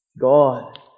God